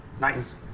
Nice